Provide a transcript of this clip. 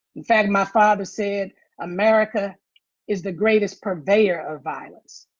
in fact, my father said america is the greatest purveyor of violence.